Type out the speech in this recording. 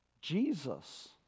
Jesus